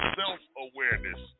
self-awareness